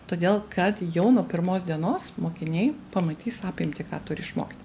todėl kad jau nuo pirmos dienos mokiniai pamatys apimtį ką turi išmokti